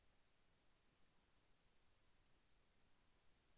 నా ATM card ఎన్ని రోజులకు వస్తుంది?